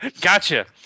Gotcha